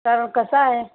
तर कसा आहे